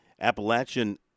Appalachian